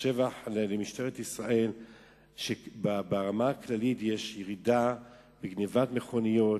שבח למשטרת ישראל שברמה הכללית יש ירידה בגנבת מכוניות,